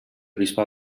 bisbat